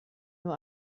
nur